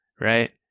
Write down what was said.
right